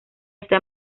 está